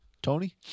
Tony